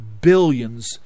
billions